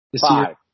Five